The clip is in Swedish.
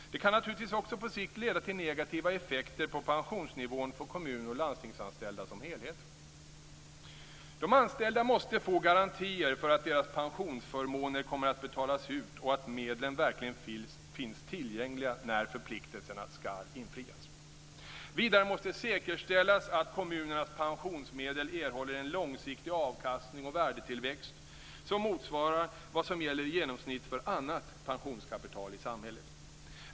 Det kan naturligtvis också på sikt leda till negativa effekter på pensionsnivån för kommun och landstingsanställda som helhet. De anställda måste få garantier för att deras pensionsförmåner kommer att betalas ut och att medlen verkligen finns tillgängliga när förpliktelserna skall infrias. Vidare måste säkerställas att kommunernas pensionsmedel erhåller en långsiktig avkastning och värdetillväxt som motsvarar vad som gäller i genomsnitt för annat pensionskapital i samhället.